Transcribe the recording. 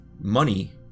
money